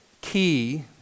key